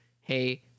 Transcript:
hey